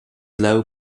low